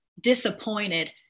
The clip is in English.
disappointed